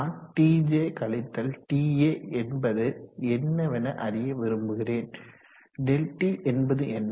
நான் TJ கழித்தல் TA என்பது என்னவென அறிய விரும்புகிறேன் ΔT என்பது என்ன